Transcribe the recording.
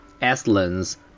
excellence